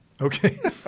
Okay